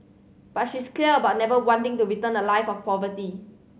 but she's clear about never wanting to return to a life of poverty